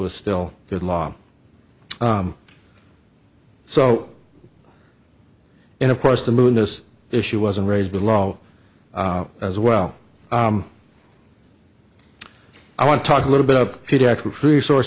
was still good law so and of course the moon this issue wasn't raised below as well i want to talk a little bit of pediatric resource